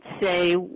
say